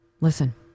listen